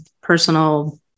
personal